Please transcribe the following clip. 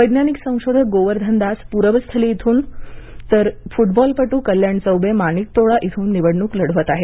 वैज्ञानिक संशोधक गोवर्धन दास पुरबस्थली उत्तर मधून तर फुटबॉलपटू कल्याण चौबे माणिकतोळा इथून निवडणूक लढवत आहेत